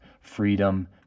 freedom